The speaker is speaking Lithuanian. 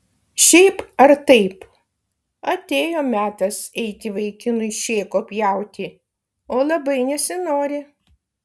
šiaip ar taip atėjo metas eiti vaikinui šėko pjauti o labai nesinori